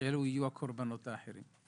שאילו יהיו הקורבנות היחידים.